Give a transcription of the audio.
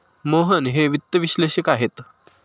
मोहन हे वित्त विश्लेषक आहेत